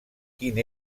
quin